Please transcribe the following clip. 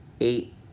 eight